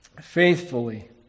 faithfully